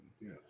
yes